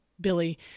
Billy